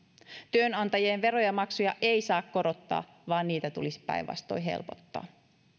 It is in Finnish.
työnantajien veroja ja maksuja ei saa korottaa vaan niitä tulisi päinvastoin helpottaa